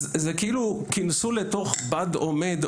אז זה כאילו כינסו לתוך בד עומד,